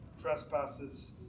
trespasses